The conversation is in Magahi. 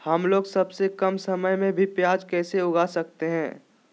हमलोग सबसे कम समय में भी प्याज कैसे उगा सकते हैं?